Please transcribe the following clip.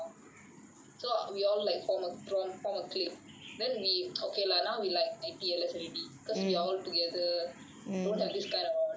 so we all like form form form a clique then we okay lah now we like anti T_L_S already because we all together don't have these kind of toxic things